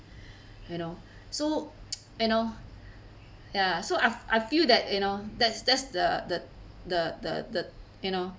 you know so you know ya so I I feel that you know that's that's the the the the the you know